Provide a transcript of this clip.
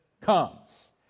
comes